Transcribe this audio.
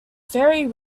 fairy